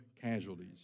casualties